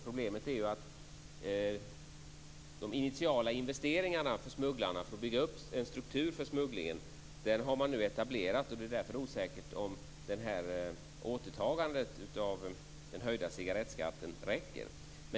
Problemet är att de initiala investeringarna för smugglarna för att bygga upp en struktur för smugglingen nu har etablerats. Det är därför osäkert om återtagandet av den höjda tobaksskatten räcker.